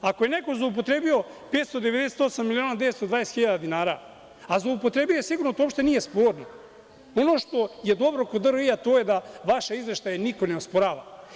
Ako je neko zloupotrebio 598 miliona 920 hiljada dinara, a zloupotrebio je sigurno, to uopšte nije sporno, ono što je dobro kod DRI to je da vaše izveštaje niko ne osporava.